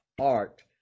art